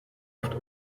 oft